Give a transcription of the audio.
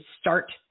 start